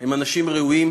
הם אנשים ראויים